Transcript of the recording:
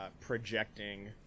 projecting